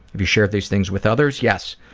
you share these things with others? yes,